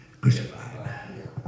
Crucified